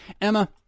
Emma